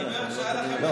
אדוני, אני לא יכול לדבר.